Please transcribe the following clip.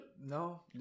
No